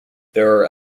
there